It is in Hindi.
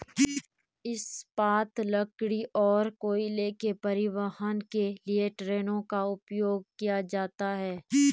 इस्पात, लकड़ी और कोयले के परिवहन के लिए ट्रेनों का उपयोग किया जाता है